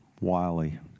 Wiley